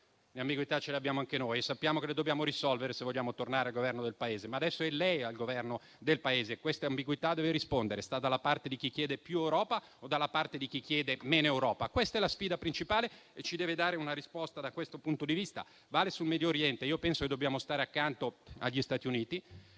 le abbiamo tutti, le abbiamo anche noi e sappiamo che le dobbiamo risolvere, se vogliamo tornare al Governo del Paese. Adesso però è lei al Governo del Paese e a queste ambiguità deve rispondere: sta dalla parte di chi chiede più Europa o dalla parte di chi chiede meno Europa? Questa è la sfida principale e ci deve dare una risposta, da questo punto di vista. Vale sul Medio Oriente: penso che dobbiamo stare accanto agli Stati Uniti